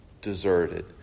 deserted